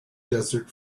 desert